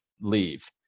leave